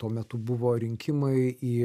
tuo metu buvo rinkimai į